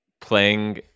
playing